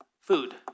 food